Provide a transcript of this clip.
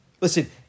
Listen